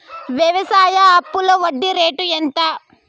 వ్యవసాయ అప్పులో వడ్డీ రేట్లు ఎంత?